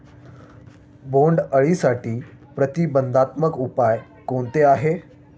बोंडअळीसाठी प्रतिबंधात्मक उपाय कोणते आहेत?